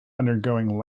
undergoing